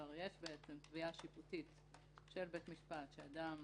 כבר יש בעצם תביעה שיפוטית של בית משפט שאדם